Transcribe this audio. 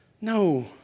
No